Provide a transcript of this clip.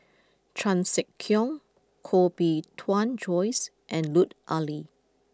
Chan Sek Keong Koh Bee Tuan Joyce and Lut Ali